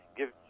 give